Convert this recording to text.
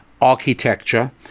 architecture